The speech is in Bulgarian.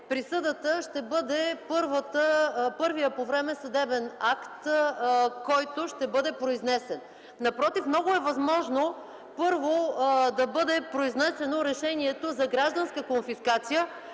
присъдата ще бъде първият по време съдебен акт, който ще бъде произнесен. Напротив, много е възможно първо да бъде произнесено решението за гражданска конфискация,